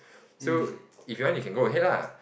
so if you want you can go ahead lah